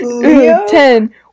Ten